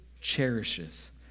cherishes